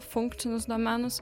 funkcinius domenus